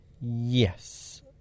yes